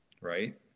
right